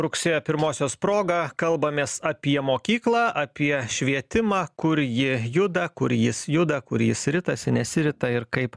rugsėjo pirmosios proga kalbamės apie mokyklą apie švietimą kur ji juda kur jis juda kur jis ritasi nesirita ir kaip